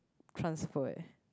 transfer eh